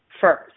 first